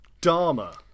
dharma